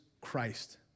Christ